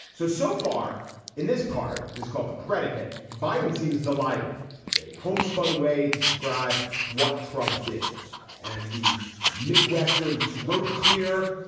so so far in this part, this called the predicate. biden seems delighted to homespun way to describe what trump did and the midwestern throat clear,